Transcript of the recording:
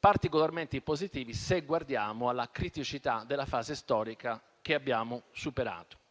particolarmente positivi, se guardiamo alla criticità della fase storica che abbiamo superato.